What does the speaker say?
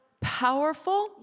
powerful